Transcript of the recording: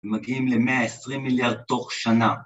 ‫מגיעים ל-120 מיליארד תוך שנה.